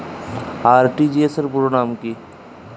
RTGS র পুরো নাম কি?